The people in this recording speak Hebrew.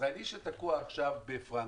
ישראלי שתקוע עכשיו בפרנקפורט?